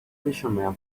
fishermen